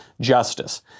justice